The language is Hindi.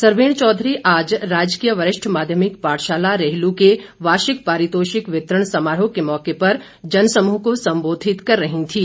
सरवीण चौधरी आज राजकीय वरिष्ठ माध्यमिक पाठशाला रेहलु के वार्षिक पारितोषिक वितरण समारोह के मौके पर जनसमूह को संबोधित कर रही थीं